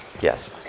yes